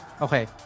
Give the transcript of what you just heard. okay